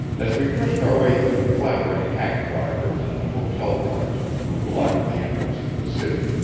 as we pushed our way through the clamoring hack-drivers and hotel-runners who blocked the entrance to the city,